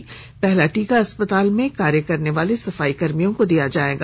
राज्य में पहला टीका अस्पताल में कार्य करनेवाले सफाईकर्मियों को दिया जाएगा